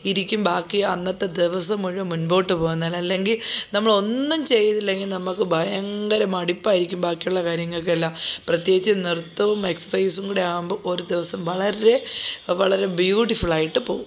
ഇരിക്കും ബാക്കി അന്നത്തെ ദിവസം മുഴുവൻ മുമ്പോട്ട് പോവുന്നത് അല്ലെങ്കിൽ നമ്മള് ഒന്നും ചെയ്തില്ലെങ്കിൽ നമുക്ക് ഭയങ്കര മടുപ്പായിരിക്കും ബാക്കിയുള്ള കാര്യങ്ങൾക്കെല്ലാം പ്രത്യേകിച്ച് നൃത്തവും എക്സസൈസും കൂടിയാകുമ്പോൾ ഒരു ദിവസം വളരെ വളരെ ബ്യൂട്ടിഫുള്ളായിട്ട് പോവും